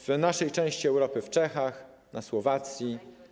W naszej części Europy - w Czechach, na Słowacji.